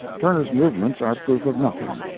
turner's movements are proof of nothing.